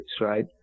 right